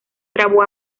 trabó